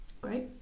Great